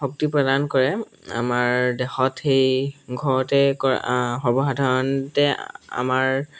শক্তি প্ৰদান কৰে আমাৰ দেহত সেই ঘৰতে কৰা সৰ্বসাধাৰণতে আমাৰ